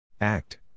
Act